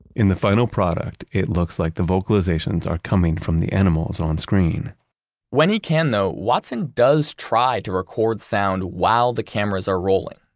in the final product, it looks like the vocalizations are coming from the animals on screen when he can though, watson does try to record sound while the cameras are rolling.